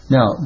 Now